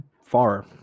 far